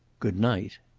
good-night.